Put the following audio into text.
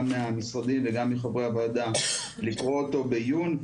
מהמשרדים וגם מחברי הוועדה לקרוא אותו בעיון.